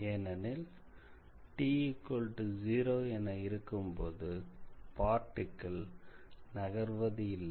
ஏனெனில் என இருக்கும்போது பார்ட்டிகிள் நகர்வதில்லை